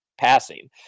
passing